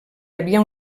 havia